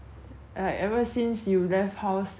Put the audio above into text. I ever since you left house at like